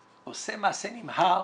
עושה מעשה נמהר